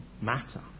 matter